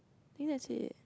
think that's it